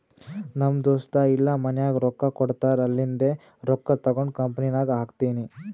ನಮ್ ದೋಸ್ತ ಇಲ್ಲಾ ಮನ್ಯಾಗ್ ರೊಕ್ಕಾ ಕೊಡ್ತಾರ್ ಅಲ್ಲಿಂದೆ ರೊಕ್ಕಾ ತಗೊಂಡ್ ಕಂಪನಿನಾಗ್ ಹಾಕ್ತೀನಿ